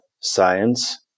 science